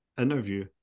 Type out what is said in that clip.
interview